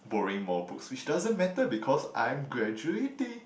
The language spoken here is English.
borrowing more books which doesn't matter because I'm graduating